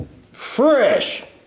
fresh